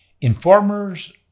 informers